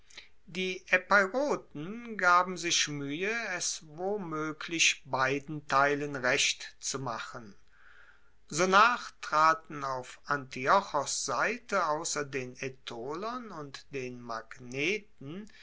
die epeiroten gaben sich muehe es womoeglich beiden teilen recht zu machen sonach traten auf antiochos seite ausser den aetolern und den magneten